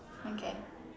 okay